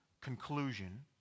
conclusion